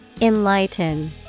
Enlighten